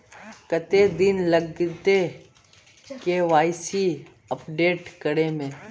कते दिन लगते के.वाई.सी अपडेट करे में?